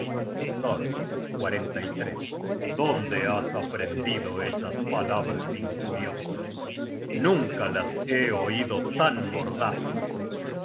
debian reconciliarnos thor dónde has aprendido esas palabras injuriosas nunca las he oido tan mordaces